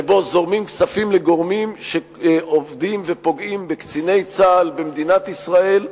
שבו זורמים כספים לגורמים שעובדים ופוגעים בקציני צה"ל במדינת ישראל,